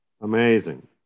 Amazing